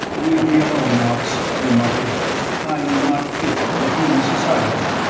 leave me alone, knox, he muttered i am not fit for human society.